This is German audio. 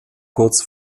kurz